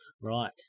Right